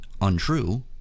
untrue